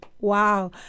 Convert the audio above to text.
Wow